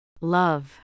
Love